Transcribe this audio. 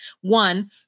One